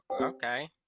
Okay